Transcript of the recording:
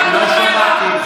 לא שמעתי.